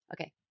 Okay